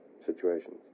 situations